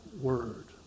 word